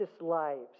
lives